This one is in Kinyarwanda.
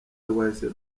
rwahise